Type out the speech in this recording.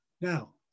Now